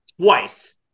twice